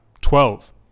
Twelve